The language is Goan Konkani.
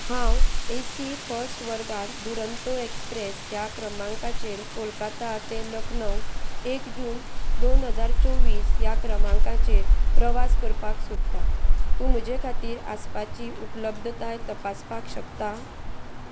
हांव ए सी फस्ट वर्गांत दुरंतो एक्सप्रेस ह्या क्रमांकाचेर कोलकाता ते लखनव एक जून दोन हजार चोवीस ह्या क्रमांकाचेर प्रवास करपाक सोदता तूं म्हजे खातीर आसपाची उपलब्धताय तपासपाक शकता